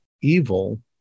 evil